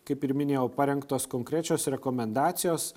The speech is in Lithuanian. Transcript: kaip ir minėjau parengtos konkrečios rekomendacijos